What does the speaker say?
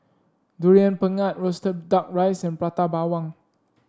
Durian Pengat roasted duck rice and Prata Bawang